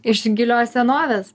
iš gilios senovės